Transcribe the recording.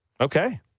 Okay